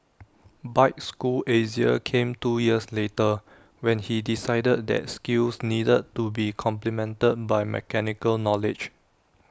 bike school Asia came two years later when he decided that skills needed to be complemented by mechanical knowledge